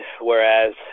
whereas